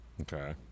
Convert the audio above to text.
okay